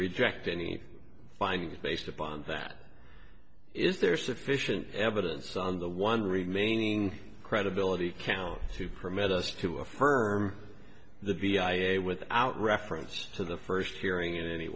reject any findings based upon that is there sufficient evidence on the one remaining credibility count to permit us to affirm the v i i without reference to the first hearing in any